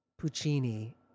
Puccini